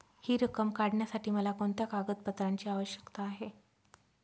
हि रक्कम काढण्यासाठी मला कोणत्या कागदपत्रांची आवश्यकता आहे?